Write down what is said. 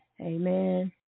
Amen